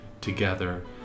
together